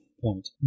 point